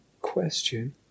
question